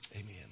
amen